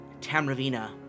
Tamravina